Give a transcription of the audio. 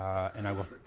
and i will